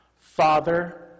Father